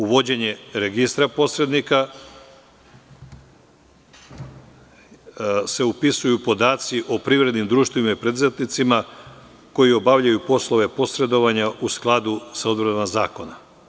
Uvođenjem registra posrednika se upisuju podaci o privrednim društvima i preduzetnicima koji obavljaju poslove posredovanja u skladu sa odredbama zakona.